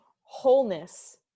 wholeness